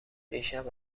دیشب